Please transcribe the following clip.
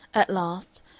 at last,